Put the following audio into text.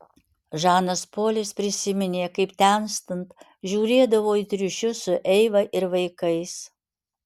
žanas polis prisiminė kaip temstant žiūrėdavo į triušius su eiva ir vaikais